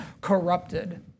corrupted